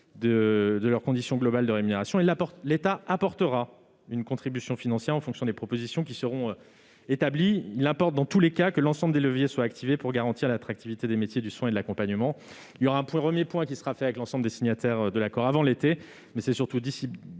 de leurs conditions globales de rémunération, notamment. L'État apportera une contribution financière en fonction des propositions qui seront faites. Il importe, dans tous les cas, que l'ensemble des leviers soient activés pour garantir l'attractivité des métiers du soin et de l'accompagnement. Un premier point sera fait avec l'ensemble des signataires de l'accord avant l'été, mais c'est surtout d'ici